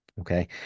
Okay